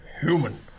human